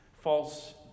false